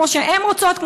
כמו שהן רוצות,